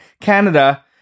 Canada